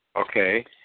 Okay